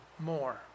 More